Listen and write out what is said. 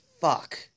fuck